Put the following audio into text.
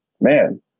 man